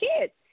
kids